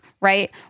right